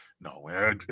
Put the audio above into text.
no